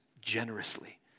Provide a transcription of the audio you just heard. generously